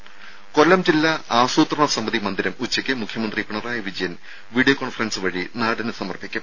രുര കൊല്ലം ജില്ലാ ആസൂത്രണ സമിതി മന്ദിരം ഉച്ചയ്ക്ക് മുഖ്യമന്ത്രി പിണറായി വിജയൻ വീഡിയോ കോൺഫറൻസ് വഴി നാടിന് സമർപ്പിക്കും